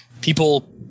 people